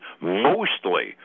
mostly